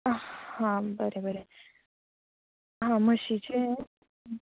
हां बरें बरें हां म्हशींचें